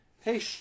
hey